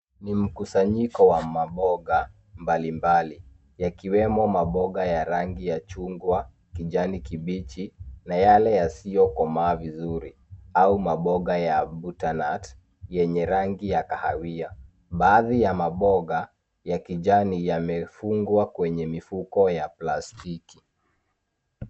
Ni mkusanyiko wa maboga mbalimbali yakiwemo maboga ya rangi ya chungwa, kijani kibichi na yale yasiyokomaa vizuri au maboga ya paternut yenye rangi ya kahawia. Baadhi ya maboga ya kijani, yamefungwa kwenye mifuko ya plastiki.